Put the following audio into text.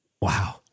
Wow